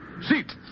Seat